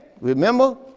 Remember